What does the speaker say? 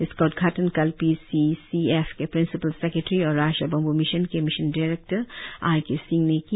इसका उद्घाटन कल पी सी सी एफ के प्रिंसिपल सेक्रेट्री और राष्ट्रीय बंबू मिशन के mission director R K Singh ने किया